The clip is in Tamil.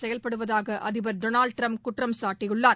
செயல்படுவதாக அதிபர் டொனால்டு டிரம்ப் குற்றம்சாட்டியுள்ளார்